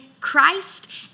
Christ